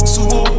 Super